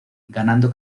ganando